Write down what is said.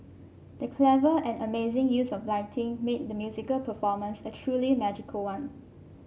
the clever and amazing use of lighting made the musical performance a truly magical one